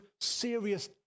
serious